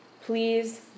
please